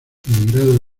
emigrado